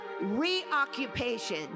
Reoccupation